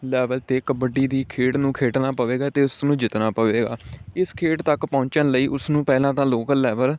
level 'ਤੇ ਕਬੱਡੀ ਦੀ ਖੇਡ ਨੂੰ ਖੇਡਣਾ ਪਵੇਗਾ ਅਤੇ ਉਸਨੂੰ ਜਿੱਤਣਾ ਪਵੇਗਾ ਇਸ ਖੇਡ ਤੱਕ ਪਹੁੰਚਣ ਲਈ ਉਸਨੂੰ ਪਹਿਲਾਂ ਤਾਂ ਲੋਕਲ ਲੈਵਲ